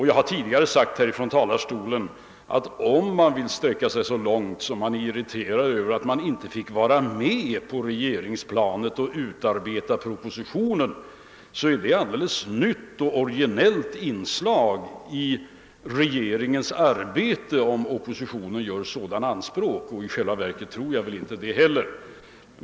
Jag har tidigare sagt från denna talarstol, att om man är irriterad över att man inte fått vara med på regeringsplanet och utarbeta propositionen, så är det ett alldeles nytt och originellt inslag i regeringens arbete, som oppositionen gör anspråk på. I själva verket tror jag inte heller att oppositionen gör det.